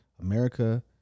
America